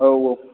औ औ